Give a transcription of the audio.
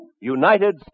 United